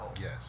yes